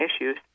issues